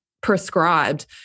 prescribed